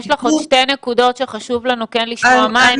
יש לך עוד שתי נקודות שחשוב לנו כן לשמוע מה הן,